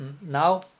Now